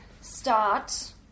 start